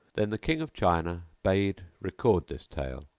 then the king of china bade record this tale,